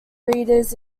readers